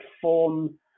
form